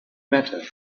matter